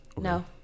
No